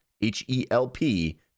H-E-L-P